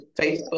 facebook